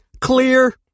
Clear